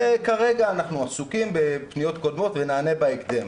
'כרגע אנחנו עסוקים בפניות קודמות ונענה בהקדם'.